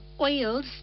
oils